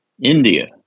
India